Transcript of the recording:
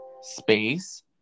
space